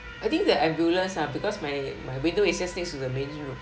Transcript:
I think the ambulance ah because my my window is just next to the main road